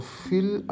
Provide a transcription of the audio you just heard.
fill